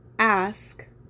ask